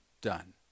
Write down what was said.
done